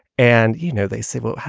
and, you know, they say, well,